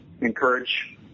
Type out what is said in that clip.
encourage